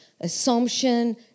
assumption